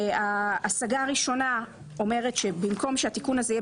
ההשגה הראשונה אומרת - שבמקום שהתיקון הזה יהיה